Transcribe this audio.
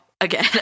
Again